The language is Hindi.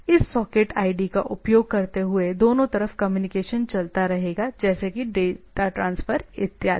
इस सॉकेट ID का उपयोग करते हुए दोनों तरफ कम्युनिकेशन चलता रहेगा जैसे कि डेटा ट्रांसफर इत्यादि